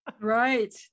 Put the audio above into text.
Right